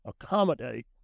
accommodate